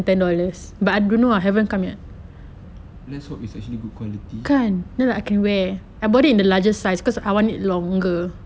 let's hope its actually good quality